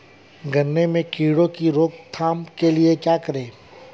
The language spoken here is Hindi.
गन्ने में कीड़ों की रोक थाम के लिये क्या करें?